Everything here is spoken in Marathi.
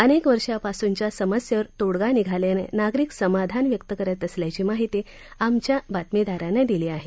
अनेक वर्षापासूनच्या समस्येवर तोडगा निघाल्यानं नागरिक समाधान व्यक्त करत असल्याची माहिती आमच्या बातमीदारानं दिली आहे